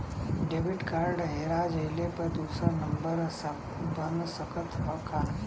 Debit card हेरा जइले पर दूसर बन सकत ह का?